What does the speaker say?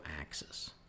axis